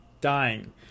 dying